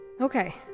Okay